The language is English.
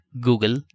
Google